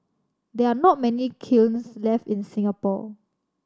there are not many kilns left in Singapore